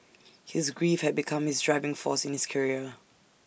his grief had become his driving force in his career